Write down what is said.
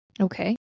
Okay